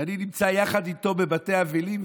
אני נמצא איתו בבתי אבלים,